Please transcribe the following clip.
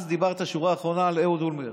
אז דיברת בשורה אחרונה על אהוד אולמרט,